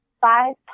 five